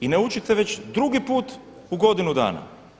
I ne učite već drugi put u godinu dana.